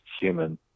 human